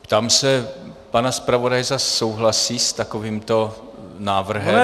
Ptám se pana zpravodaje, zda souhlasí s takovýmto návrhem?